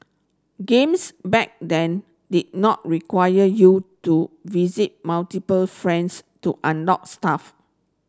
games back then did not require you to visit multiple friends to unlock stuff